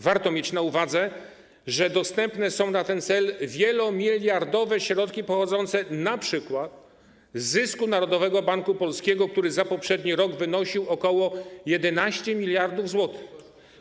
Warto mieć na uwadze, że dostępne są na ten cel wielomiliardowe środki pochodzące np. z zysku Narodowego Banku Polskiego, który za poprzedni rok wynosił ok. 11 mld zł.